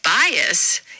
bias